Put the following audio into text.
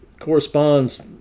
corresponds